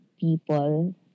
people